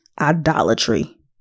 idolatry